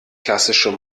klassische